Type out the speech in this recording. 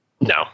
No